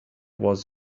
was